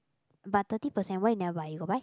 but thirty percent why you never buy you got buy